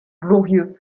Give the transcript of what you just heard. glorieux